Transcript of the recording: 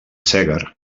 segar